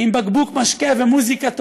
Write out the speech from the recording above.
עם בקבוק משקה ומוזיקה טובה,